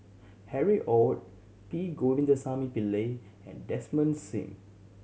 Harry Ord P Govindasamy Pillai and Desmond Sim